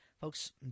Folks